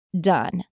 Done